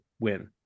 win